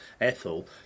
Ethel